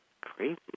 crazy